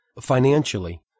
financially